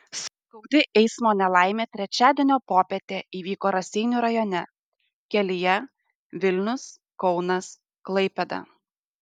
skaudi eismo nelaimė trečiadienio popietę įvyko raseinių rajone kelyje vilnius kaunas klaipėda